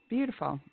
Beautiful